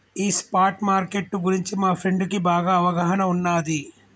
ఈ spot market గురించి మా ఫ్రెండుకి బాగా అవగాహన ఉన్నాది